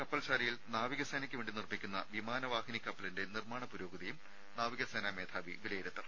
കപ്പൽ ശാലയിൽനാവികസേനയ്ക്കുവേണ്ടി നിർമ്മിക്കുന്ന വിമാന വാഹിനി കപ്പലിന്റെ നിർമ്മാണ പുരോഗതിയും നാവികസേനാ മേധാവി വിലയിരുത്തും